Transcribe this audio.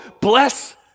bless